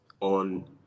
on